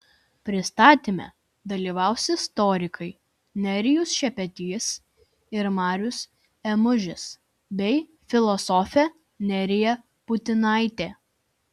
pristatyme dalyvaus istorikai nerijus šepetys ir marius ėmužis bei filosofė nerija putinaitė